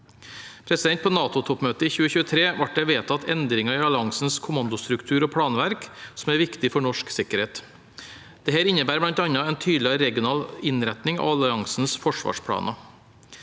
verden. På NATO-toppmøtet i 2023 ble det vedtatt endringer i alliansens kommandostruktur og planverk, som er viktig for norsk sikkerhet. Dette innebærer bl.a. en tydeligere regional innretning av alliansens forsvarsplaner.